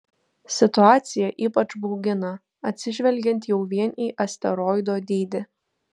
situacija ypač baugina atsižvelgiant jau vien į asteroido dydį